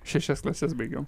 šešias klases baigiau